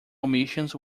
omissions